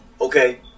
okay